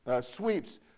sweeps